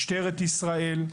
משטרת ישראל,